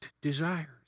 desires